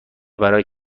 برای